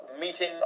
meeting